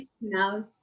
now